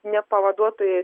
ne pavaduotojai